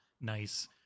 nice